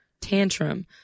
tantrum